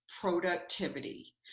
productivity